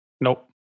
Nope